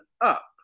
up